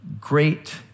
great